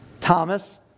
Thomas